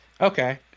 okay